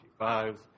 G5s